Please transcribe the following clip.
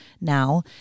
now